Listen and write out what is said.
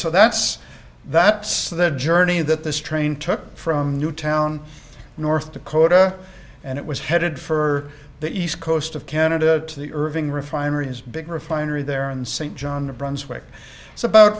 so that's that's the journey that this train took from newtown north dakota and it was headed for the east coast of canada to the irving refineries big refinery there and st john the brunswick is about